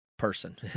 Person